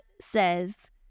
says